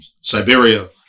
siberia